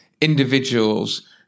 individuals